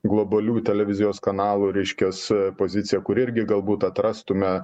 globalių televizijos kanalų reiškias poziciją kur irgi galbūt atrastume